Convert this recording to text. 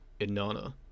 Inanna